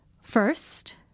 first